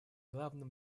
главным